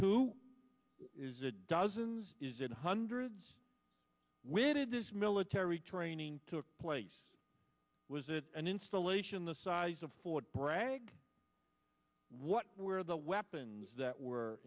too is it dozens is it hundreds whitted this military training took place was it an installation the size of fort bragg what were the weapons that were